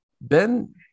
Ben